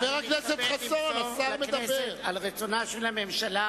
אני מתכבד למסור לכנסת על רצונה של הממשלה